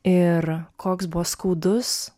ir koks buvo skaudus